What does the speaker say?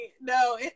No